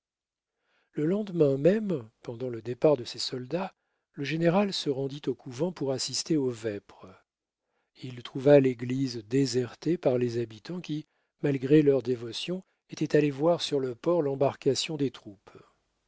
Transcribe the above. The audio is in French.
le lendemain même pendant le départ de ses soldats le général se rendit au couvent pour assister aux vêpres il trouva l'église désertée par les habitants qui malgré leur dévotion étaient allés voir sur le port l'embarcation des troupes